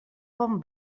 bon